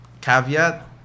caveat